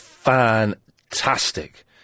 Fantastic